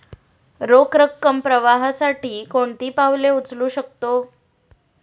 रोख रकम प्रवाहासाठी कोणती पावले उचलू शकतो?